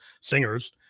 singers